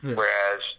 whereas